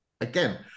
again